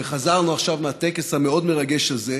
חזרנו עכשיו מהטקס המאוד-מרגש הזה.